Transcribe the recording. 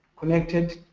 connected,